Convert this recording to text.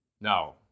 Now